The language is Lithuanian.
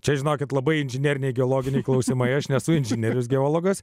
čia žinokit labai inžineriniai geologiniai klausimai aš nesu inžinierius geologas